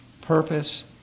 purpose